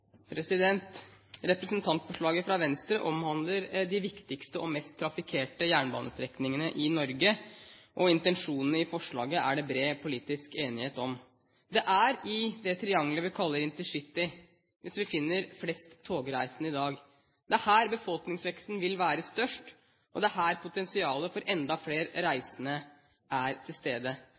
det bred politisk enighet om. Det er i det vi kaller intercitytriangelet, vi finner flest togreisende i dag. Det er her befolkningsveksten vil være størst, og det er her potensialet for enda flere reisende er til stede.